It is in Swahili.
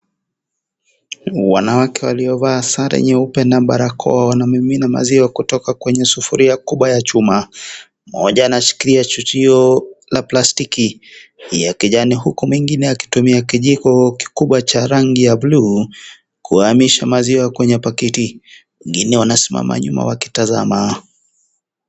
Wanawake waliovaa sare nyeupe na barakoa wanamimia maziwa kutoka kwenye sufuria kubwa ya chuma mmoja anashikilia chuchio la plastiki ya kijani huku mwingine akitumia kijiko cha rangi ya blu kuhamisha maziwa kwenye pakiti wengine wanasimama nyuma wakitazama.